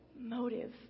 motive